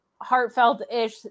heartfelt-ish